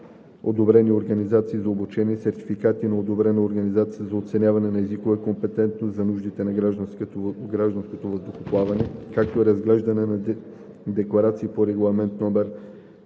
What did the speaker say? одобрени организации за обучение, сертификати на одобрена организация за оценяване на езикова компетентност за нуждите на гражданското въздухоплаване, както и разглеждане на декларации по Регламент (ЕС)